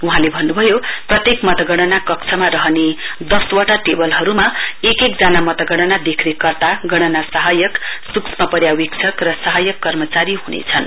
वहाँले भन्नभयो प्रत्येक मतगणना कक्षमा रहने दशवटा टेवलहरुमा एक एक जना मतगणना देखरेखकर्तागणना सहायकका सुश्र्म पर्यावेक्षक र सहायक कर्माचारी हुनेछन्